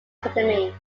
academy